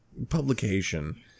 publication